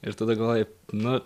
ir tada galvoju nu